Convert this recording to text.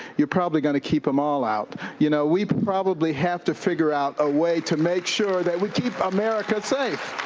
you're probably going to keep them all out. you know, we probably have to figure out a way to make sure that we keep america safe.